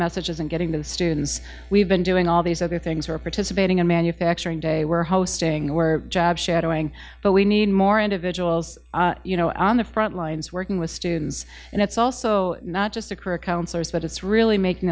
message isn't getting the students we've been doing all these other things are participating in manufacturing day were hosting were jobs shadowing but we need more individuals you know on the front lines working with students and it's also not just a career counselors but it's really